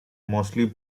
mostly